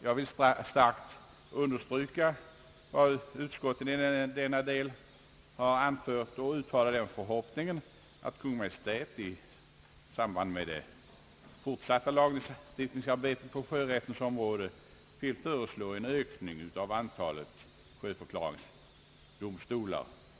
Jag vill starkt understryka vad utskottet i denna del har anfört och uttrycker den förhoppningen att Kungl. Maj:t i samband med det fortsatta lagstiftningsarbetet på sjörättens område, vill föreslå en ökning av antalet sjöförklaringsdomstolar.